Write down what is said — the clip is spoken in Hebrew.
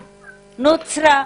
נוצרה,